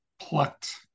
plucked